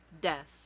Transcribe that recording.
death